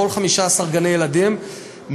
כל 15 גני ילדים,